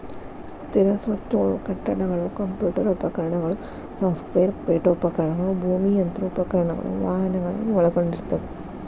ಸ್ಥಿರ ಸ್ವತ್ತುಗಳು ಕಟ್ಟಡಗಳು ಕಂಪ್ಯೂಟರ್ ಉಪಕರಣಗಳು ಸಾಫ್ಟ್ವೇರ್ ಪೇಠೋಪಕರಣಗಳು ಭೂಮಿ ಯಂತ್ರೋಪಕರಣಗಳು ವಾಹನಗಳನ್ನ ಒಳಗೊಂಡಿರ್ತದ